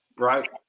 Right